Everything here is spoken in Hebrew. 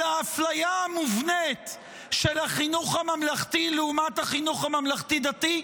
על האפליה המובנית של החינוך הממלכתי לעומת החינוך הממלכתי-דתי?